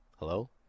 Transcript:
Hello